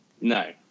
No